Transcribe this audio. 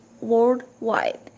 worldwide